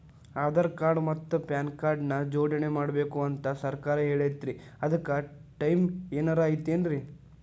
ಆಧಾರ ಮತ್ತ PAN card ನ ಜೋಡಣೆ ಮಾಡ್ಬೇಕು ಅಂತಾ ಸರ್ಕಾರ ಹೇಳೈತ್ರಿ ಅದ್ಕ ಟೈಮ್ ಏನಾರ ಐತೇನ್ರೇ?